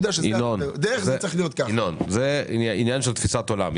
זה עניין של תפיסת עולם.